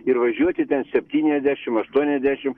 ir važiuoti ten septyniasdešimt aštuoniasdešimt